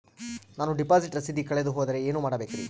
ನಾನು ಡಿಪಾಸಿಟ್ ರಸೇದಿ ಕಳೆದುಹೋದರೆ ಏನು ಮಾಡಬೇಕ್ರಿ?